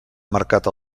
marcat